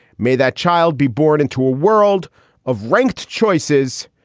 may that child be born into a world of ranked choices,